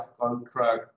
contract